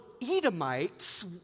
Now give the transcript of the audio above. Edomites